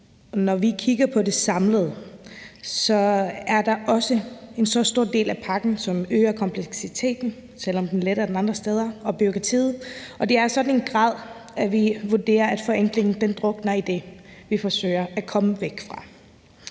Når vi kigger på det samlet, er der også så stor en del af pakken, som øger kompleksiteten, selv om den letter den andre steder, og bureaukratiet, og det er i sådan en grad, at vi vurderer, at forenklingen drukner i det, vi forsøger at komme væk fra.